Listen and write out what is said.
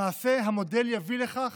למעשה, המודל יביא לכך